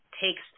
takes